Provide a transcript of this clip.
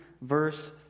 verse